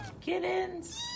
kittens